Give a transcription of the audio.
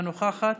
אינה נוכחת.